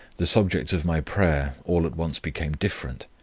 the subject of my prayer all at once became different.